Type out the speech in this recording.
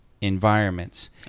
environments